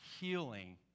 healing